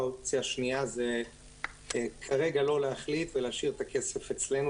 האופציה השנייה זה כרגע לא להחליט ולהשאיר את הכסף אצלנו